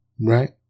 Right